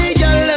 girl